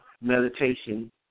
meditation